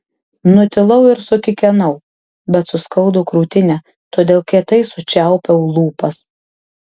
nutilau ir sukikenau bet suskaudo krūtinę todėl kietai sučiaupiau lūpas